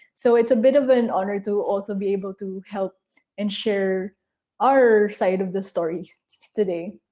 so its bit of an honor to also be able to help and share our side of the story today.